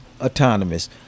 autonomous